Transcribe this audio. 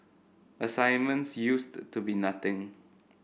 assignments used to be nothing